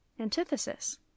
Antithesis